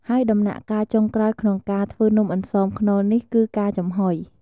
ហើយដំណាក់កាលចុងក្រោយក្នុងការធ្វើនំអន្សមខ្នុរនេះ គឺការចំហុយ។